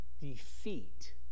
defeat